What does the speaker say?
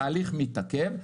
התהליך מתעכב.